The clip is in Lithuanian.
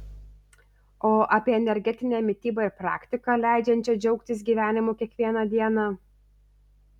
o apie energetinę mitybą ir praktiką leidžiančią džiaugtis gyvenimu kiekvieną dieną